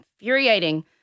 infuriating